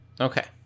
Okay